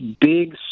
big